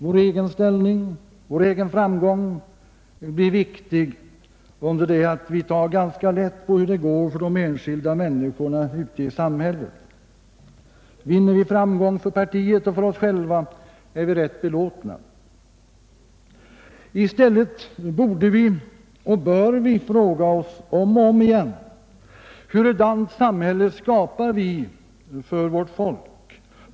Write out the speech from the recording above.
Vår egen ställning och framgång blir viktig, under det att vi tar ganska lätt på hur det går för de enskilda människorna ute i samhället. Vinner vi framgång för partiet och för oss själva, så är vi ganska belåtna. I stället borde och bör vi fråga oss om och om igen: Hurudant samhälle skapar vi för vårt folk?